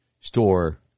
store